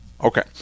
okay